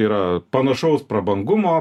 yra panašaus prabangumo